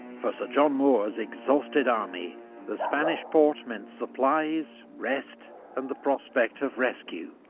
for sir john moore's exhausted army the spanish port meant supplies, rest and the prospect of rescue.